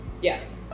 yes